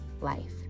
life